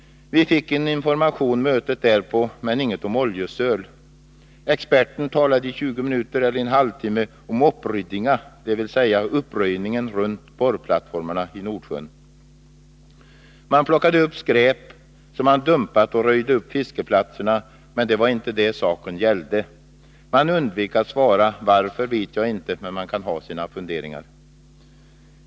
Vi fick en information under mötet därpå, men inget om oljesöl. Experten talade i 20 minuter eller en halvtimme om ”oppryddinga”, dvs. uppröjningen runt borrplattformarna i Nordsjön. Det plockades upp skräp som dumpats och röjts upp på fiskeplatserna, men det var inte det saken gällde. Han undvek att svara. Varför vet jag inte, men man kan ha sina funderingar.